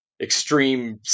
extreme